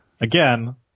Again